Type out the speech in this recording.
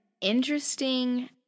interesting